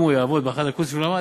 אם הוא יעבוד באחד המקצועות שלמד,